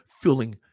feeling